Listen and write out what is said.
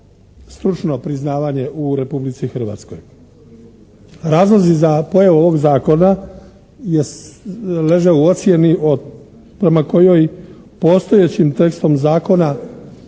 stručno priznavanje u Republici Hrvatskoj. Razlozi za pojavu ovog zakona leže u ocjeni prema kojoj postojećim tekstom zakona